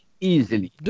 Easily